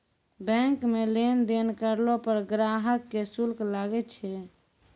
bank मे लेन देन करलो पर ग्राहक के शुल्क लागै छै